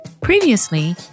Previously